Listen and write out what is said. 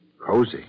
Cozy